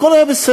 הכול היה בסדר.